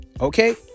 Okay